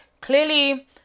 clearly